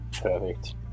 Perfect